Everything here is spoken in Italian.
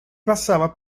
passava